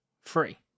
free